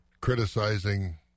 criticizing